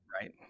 Right